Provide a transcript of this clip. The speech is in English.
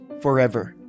forever